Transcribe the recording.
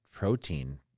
protein